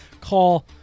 call